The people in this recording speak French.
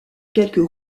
quelques